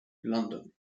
london